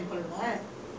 you remembered